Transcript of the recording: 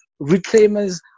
Reclaimers